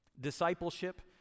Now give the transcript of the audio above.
Discipleship